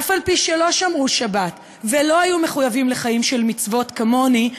אף-על-פי שלא שמרו שבת ולא היו מחויבים לחיים של מצוות כמוני,